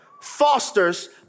fosters